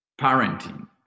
parenting